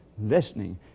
Listening